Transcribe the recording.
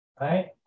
right